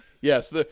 Yes